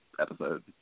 episode